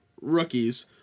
rookies